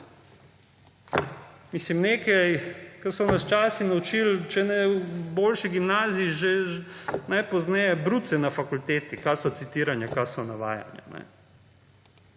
Mislim nekaj, kar so nas včasih naučili, če ne v boljši gimnaziji, že najpozneje bruce na fakulteti, kaj so citiranja, kaj so navajanja.